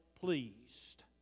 pleased